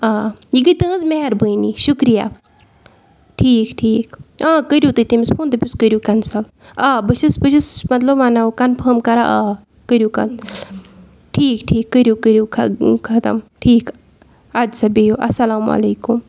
آ یہِ گٔے تُہٕنٛز مہربٲنی شُکریہ ٹھیٖک ٹھیٖک آ کٔرِو تُہۍ تٔمِس فون دٔپوُس کٔرِو کَنسَل آ بہٕ چھس بہٕ چھس مطلب وَنان کَنفٲرٕم کَران آ کَرِو کَن ٹھیٖک ٹھیٖک کٔرِو کٔرِو ختم ٹھیٖک اَدٕ سا بِہِو اَسَلامُ علیکُم